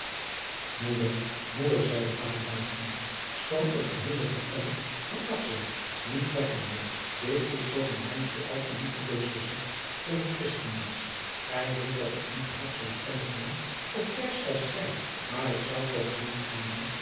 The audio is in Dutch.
moeder zeide vader buisman schoon ik geheel de partij van akswijk niet trekken wil dit is toch een weinigje al te liefdeloos gezegd voor een christenmensch gij weet dat ik niet half zoo stemmig ben of kerksch als gij maar ik zou toch niet gaarne